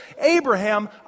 Abraham